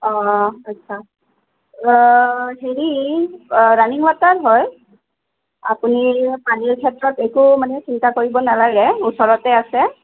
অ' আচ্ছা অ' হেৰি ৰানিং ৱাটাৰ হয় আপুনি পানীৰ ক্ষেত্ৰত একো মানে চিন্তা কৰিব নালাগে ওচৰতে আছে